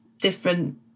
different